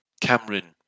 Cameron